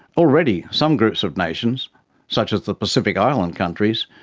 already some groups of nations such as the pacific island countries,